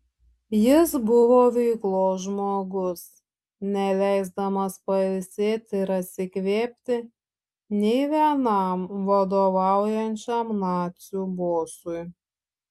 jis buvo veiklos žmogus neleisdamas pailsėti ir atsikvėpti nei vienam vadovaujančiam nacių bosui